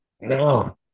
No